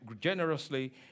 generously